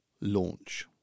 launch